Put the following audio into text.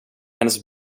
hennes